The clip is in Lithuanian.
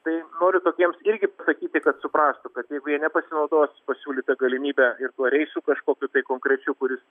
tai noriu tokiems irgi pasakyti kad suprastų kad jeigu jie nepasinaudos pasiūlyta galimybe ir tuo reisu kažkokiu tai konkrečiu kuris